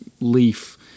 leaf